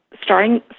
starting